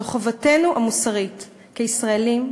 זו חובתנו המוסרית כישראלים,